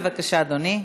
בבקשה, אדוני.